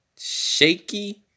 shaky